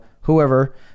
whoever